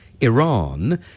Iran